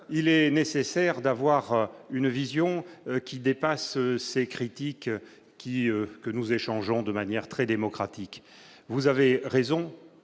il est nécessaire d'avoir une vision qui dépasse ces critiques qui, que nous échangeons de manière très démocratique, vous avez raison